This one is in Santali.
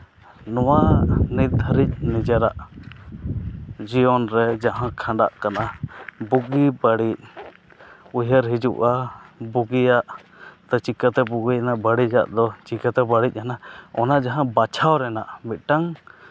ᱱᱚᱣᱟ ᱱᱤᱛ ᱫᱷᱟᱹᱵᱤᱡ ᱱᱤᱡᱮᱨᱟᱜ ᱡᱤᱭᱚᱱ ᱨᱮ ᱡᱟᱦᱟᱸ ᱠᱷᱟᱸᱰᱟᱜ ᱠᱟᱱᱟ ᱵᱩᱜᱤ ᱵᱟᱹᱲᱤᱡ ᱩᱭᱦᱟᱹᱨ ᱦᱤᱡᱩᱜᱼᱟ ᱫᱚ ᱪᱤᱠᱟᱹᱛᱮ ᱵᱩᱜᱤᱭᱟᱜ ᱫᱚ ᱪᱤᱠᱟᱹᱛᱮ ᱵᱟᱹᱲᱤᱡ ᱮᱱᱟ ᱚᱱᱟ ᱡᱟᱦᱟᱸ ᱵᱟᱪᱷᱟᱣ ᱨᱮᱱᱟᱜ ᱢᱤᱫᱴᱟᱝ